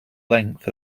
length